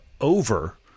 over